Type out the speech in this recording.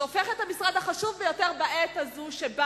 שהופך את המשרד החשוב ביותר בעת הזאת שבה